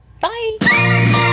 bye